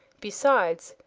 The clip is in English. besides,